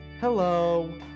Hello